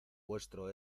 vuestro